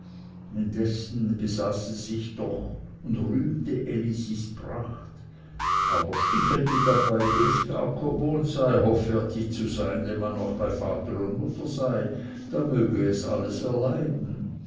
besaß sie sich doch und rühmte elisis pracht aber stichelte dabei wie es gar kommod sei hoffärtig zu sein wenn man noch bei vater und mutter sei da möge es alles erleiden